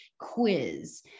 quiz